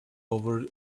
over